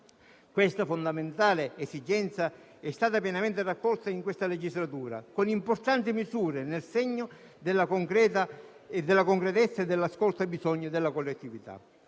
Questa fondamentale esigenza è stata pienamente raccolta in questa legislatura, con importanti misure nel segno della concretezza e dell'ascolto dei bisogni della collettività.